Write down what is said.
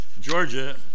Georgia